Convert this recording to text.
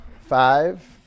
Five